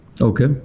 Okay